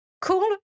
Cool